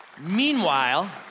Meanwhile